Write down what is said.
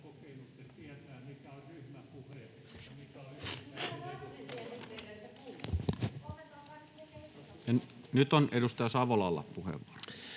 Nyt on edustaja Savolalla puheenvuoro.